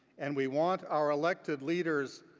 and we want our elected leaders,